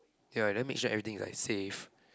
ya then make sure everything is like safe